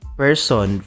person